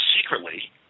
secretly